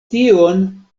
tion